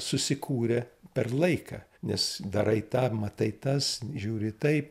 susikūrė per laiką nes darai tą matai tas žiūri taip